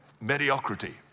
mediocrity